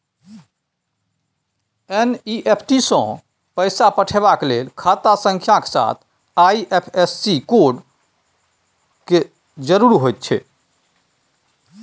NEFT सँ पैसा पठेबाक लेल खाता संख्याक साथ आई.एफ.एस.सी कोड केर जरुरत होइत छै